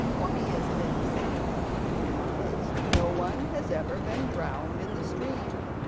why is this because no one has ever been drowned in the stream.